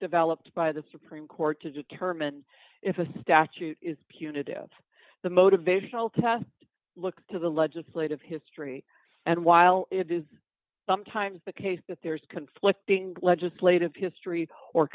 developed by the supreme court to determine if a statute is punitive the motivational test look to the legislative history and while it is sometimes the case that there is conflicting legislative history or